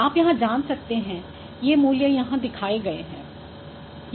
आप यहाँ जान सकते हैं ये मूल्य यहाँ दिखाए गए हैं